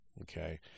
okay